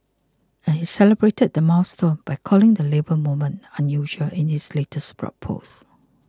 and he celebrated the milestone by calling the Labour Movement unusual in his latest blog post